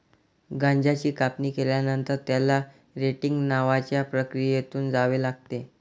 गांजाची कापणी केल्यानंतर, त्याला रेटिंग नावाच्या प्रक्रियेतून जावे लागते